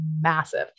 massive